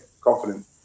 confident